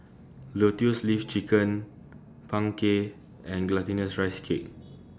Lotus Leaf Chicken Png Kueh and Glutinous Rice Cake